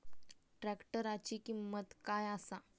ट्रॅक्टराची किंमत काय आसा?